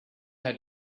had